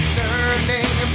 turning